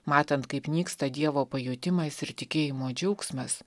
matant kaip nyksta dievo pajutimas ir tikėjimo džiaugsmas